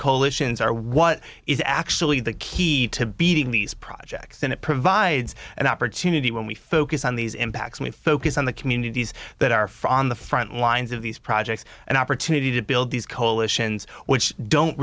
coalitions are what is actually the key to beating these projects and it provides an opportunity when we focus on these impacts and focus on the communities that are for on the front lines of these projects an opportunity to build these coalitions which don't